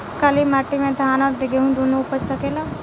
काली माटी मे धान और गेंहू दुनो उपज सकेला?